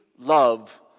love